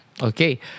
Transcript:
Okay